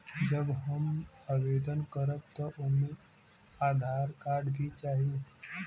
जब हम आवेदन करब त ओमे आधार कार्ड भी चाही?